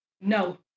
No